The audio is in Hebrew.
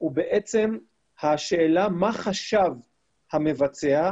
הוא בעצם השאלה מה חשב המבצע,